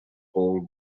all